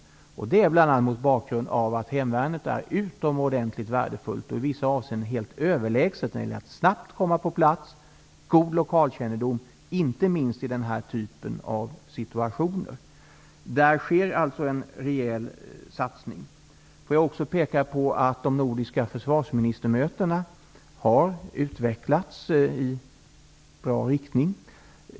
Detta sker mot bakgrund av att hemvärnet, inte minst i den här typen av situationer, är utomordentligt värdefullt och i vissa avseenden helt överlägset då det gäller att snabbt komma på plats, och man har dessutom god lokalkännedom. Det sker alltså en rejäl satsning på hemvärnet. Jag vill också peka på att de nordiska försvarsministermötena har utvecklats i bra riktning.